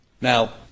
Now